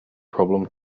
problem